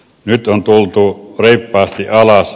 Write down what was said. nyt on tultu reippaasti alas